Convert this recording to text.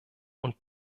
und